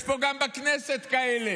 יש גם פה בכנסת כאלה.